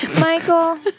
Michael